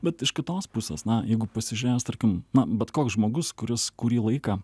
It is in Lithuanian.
bet iš kitos pusės na jeigu pasižiūrėjus tarkim na bet koks žmogus kuris kurį laiką